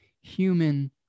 human